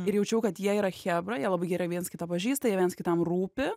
ir jaučiau kad jie yra chebra jie labai gerai viens kitą pažįsta jie viens kitam rūpi